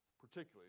particularly